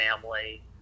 family